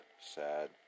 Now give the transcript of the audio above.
Sad